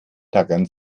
tackern